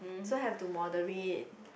so have to moderate